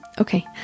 okay